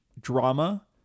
drama